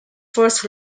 first